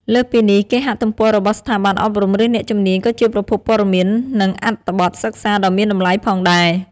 លើសពីនេះ គេហទំព័ររបស់ស្ថាប័នអប់រំ ឬអ្នកជំនាញក៏ជាប្រភពព័ត៌មាន និងអត្ថបទសិក្សាដ៏មានតម្លៃផងដែរ។